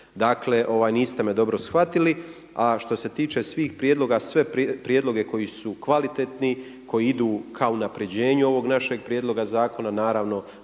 Dakle, niste me dobro shvatili. A što se tiče svih prijedloga, sve prijedloge koji su kvalitetni, koji idu ka unapređenju ovog našeg prijedloga zakona naravno